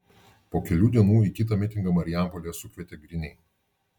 po kelių dienų į kitą mitingą marijampolėje sukvietė griniai